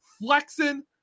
flexing